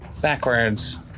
backwards